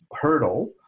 hurdle